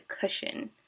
cushion